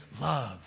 love